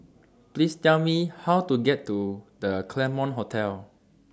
Please Tell Me How to get to The Claremont Hotel